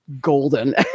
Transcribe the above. golden